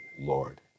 Lord